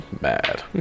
mad